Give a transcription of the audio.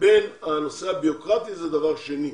הנושא הבירוקרטי זה דבר שני.